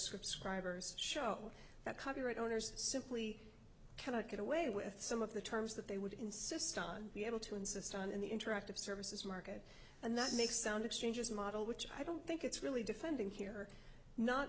subscribers show that copyright owners simply cannot get away with some of the terms that they would insist on be able to insist on in the interactive services market and that makes sound exchanges model which i don't think it's really defending here not